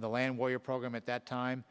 the land was a program at that time